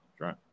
Right